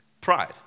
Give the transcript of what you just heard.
Pride